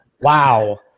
Wow